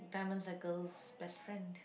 diamonds are girls' best friend